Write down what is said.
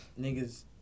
niggas